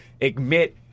admit